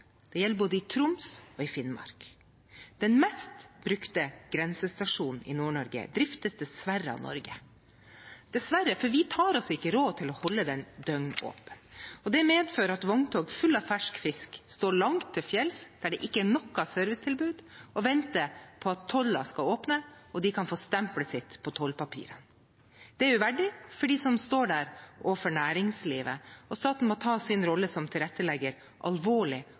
Det gjelder både i Troms og i Finnmark. Den mest brukte grensestasjonen i Nord-Norge driftes dessverre av Norge. Jeg sier dessverre fordi vi ikke tar oss råd til å holde den døgnåpen. Det medfører at vogntog fulle av fersk fisk står langt til fjells, der det ikke er noe servicetilbud, og venter på at tollen skal åpne og de kan få stempelet sitt på tollpapiret. Det er uverdig for dem som står der, og for næringslivet. Staten må ta sin rolle som tilrettelegger alvorlig